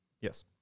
Yes